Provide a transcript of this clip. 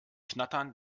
knattern